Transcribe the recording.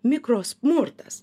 mikro smurtas